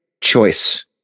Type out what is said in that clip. choice